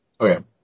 Okay